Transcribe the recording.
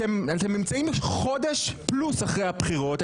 אתם נמצאים חודש פלוס אחרי הבחירות.